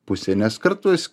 puse nes kartais